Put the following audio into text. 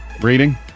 reading